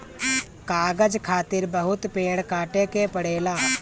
कागज खातिर बहुत पेड़ काटे के पड़ेला